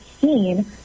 seen